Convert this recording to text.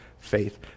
faith